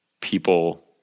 people